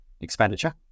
expenditure